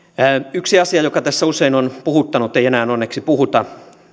yksi asia joka tässä usein on puhuttanut ei enää onneksi puhuta